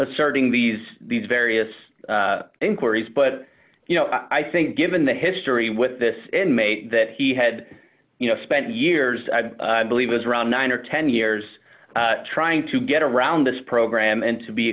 asserting these these various inquiries but you know i think given the history with this inmate that he had you know spent years i believe was around nine or ten years trying to get around this program and to be